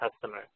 customer